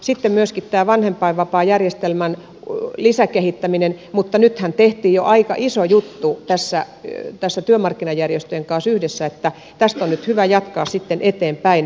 sitten on myöskin tämä vanhempainvapaajärjestelmän lisäkehittäminen mutta nythän tehtiin jo aika iso juttu tässä työmarkkinajärjestöjen kanssa yhdessä niin että tästä on nyt hyvä jatkaa sitten eteenpäin